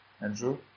Andrew